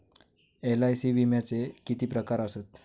LIC विम्याचे किती प्रकार आसत?